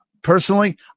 Personally